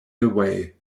away